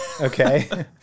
okay